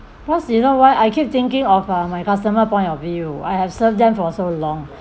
cause you know why I keep thinking of uh my customer point of view I have served them for so long